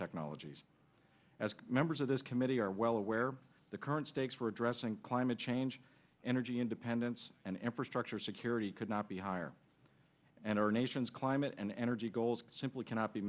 technologies as members of this committee are well aware the current stakes for addressing climate change energy independence and infrastructure security could not be higher and our nation's climate and energy goals simply cannot be